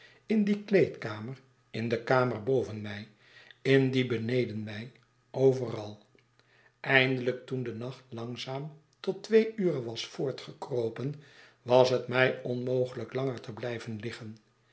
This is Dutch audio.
in die kleedkamer in de kamer boven mij in die beneden mij overal eindelijk toen de nacht langzaam tot twee ure was voortgekropen was het my onmogelijk langer te blljven liggen